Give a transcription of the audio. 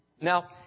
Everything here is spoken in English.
Now